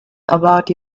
about